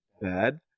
bad